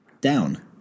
down